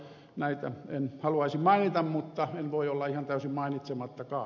näitä en haluaisi mainita mutta en voi olla ihan täysin mainitsemattakaan